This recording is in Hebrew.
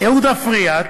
אהוד אפריאט,